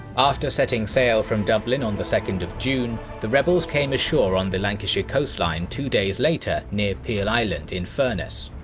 after setting sail from dublin on the second of june, the rebels came ashore on the lancashire coastline two days later near peil island in furness.